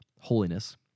Holiness